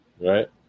right